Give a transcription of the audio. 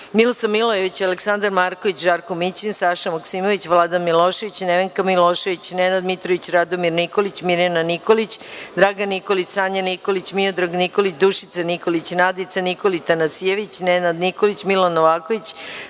Milosav Milojević, Aleksandar Marković, Žarko Mićin, Saša Maksimović, Vladan Milošević, Nevenka Milošević, Nenad Mitrović, Radomir Nikolić, Mirjana Nikolić, Dragan Nikolić, Sanja Nikolić, Miodrag Nikolić, Dušica Nikolić, Nadica Nikolić Tanasijević, Nenad Nikolić, Milan Novaković,